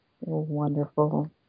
wonderful